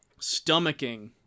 stomaching